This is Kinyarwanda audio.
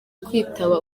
kwitaba